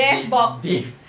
dead dea~